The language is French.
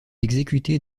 exécuter